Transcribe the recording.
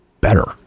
better